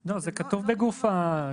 זה כתוב בגוף הסעיף.